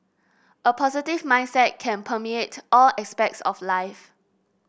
a positive mindset can permeate all aspects of life